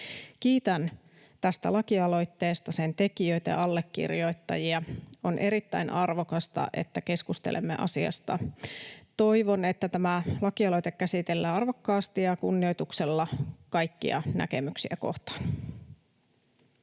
Kiitän tästä lakialoitteesta sen tekijöitä ja allekirjoittajia. On erittäin arvokasta, että keskustelemme asiasta. Toivon, että tämä lakialoite käsitellään arvokkaasti ja kunnioituksella kaikkia näkemyksiä kohtaan.